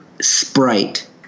sprite